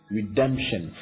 redemption